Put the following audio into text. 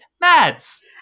Mads